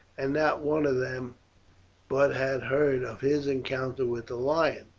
and not one of them but had heard of his encounter with the lion.